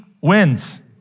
wins